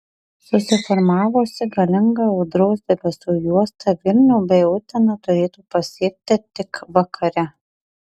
susiformavusi galinga audros debesų juosta vilnių bei uteną turėtų pasiekti tik vakare